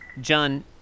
John